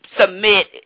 submit